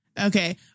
Okay